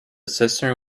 cistern